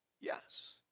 Yes